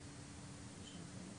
את